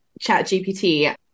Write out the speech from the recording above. ChatGPT